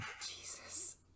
Jesus